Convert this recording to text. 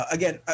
Again